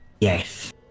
Yes